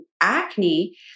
acne